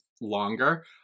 longer